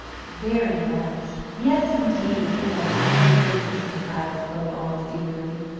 very much. yes, indeed, it's been a merry christmas. miss hyle spoke almost eagerly.